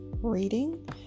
reading